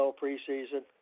preseason